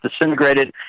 disintegrated